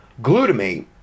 glutamate